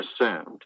assumed